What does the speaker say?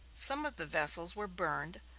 some of the vessels were burned,